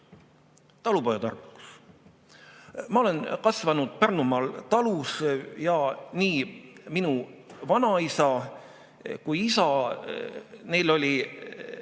Talupojatarkus. Ma olen kasvanud Pärnumaal talus ja nii minu vanaisal kui ka isal oli